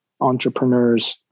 entrepreneurs